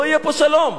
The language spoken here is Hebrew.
לא יהיה פה שלום.